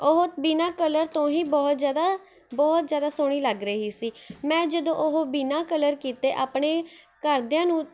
ਉਹ ਬਿਨ੍ਹਾਂ ਕਲਰ ਤੋਂ ਹੀ ਬਹੁਤ ਜ਼ਿਆਦਾ ਬਹੁਤ ਜ਼ਿਆਦਾ ਸੋਹਣੀ ਲੱਗ ਰਹੀ ਸੀ ਮੈਂ ਜਦੋਂ ਉਹ ਬਿਨ੍ਹਾਂ ਕਲਰ ਕੀਤੇ ਆਪਣੇ ਘਰਦਿਆਂ ਨੂੰ